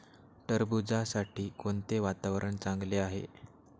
टरबूजासाठी कोणते वातावरण चांगले आहे?